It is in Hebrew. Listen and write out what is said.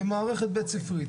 כמערכת בית-ספרית.